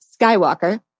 Skywalker